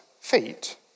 feet